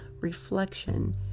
reflection